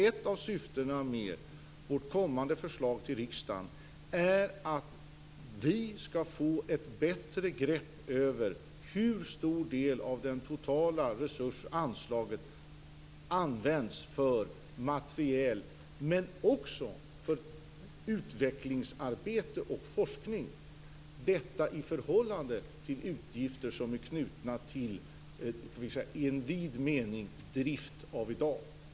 Ett av syftena med vårt kommande förslag till riksdagen är att vi skall få ett bättre grepp över hur stor del av det totala resursanslaget som används för materiel, men också för utvecklingsarbete och forskning, detta i förhållande till utgifter som i dag är knutna till drift i vid mening.